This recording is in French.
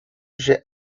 j’ai